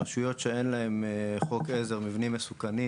רשויות שאין להן חוק עזר (מבנים מסוכנים)